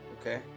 Okay